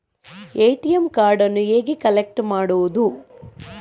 ATM ಕಾರ್ಡನ್ನು ಹೇಗೆ collect ಮಾಡುವುದು?